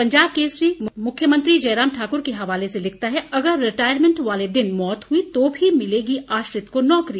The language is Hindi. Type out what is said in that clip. पंजाब केसरी मुख्यमंत्री जयराम ठाकुर के हवाले से लिखता है अगर रिटायरमैंट वाले दिन मौत हुई तो भी मिलेगी आश्रित को नौकरी